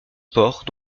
port